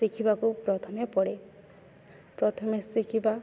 ଶିଖିବାକୁ ପ୍ରଥମେ ପଡ଼େ ପ୍ରଥମେ ଶିଖିବା